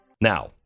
now